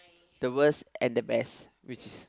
the worst and the best which is